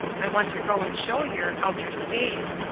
i wantergo'n'show yer howterskate.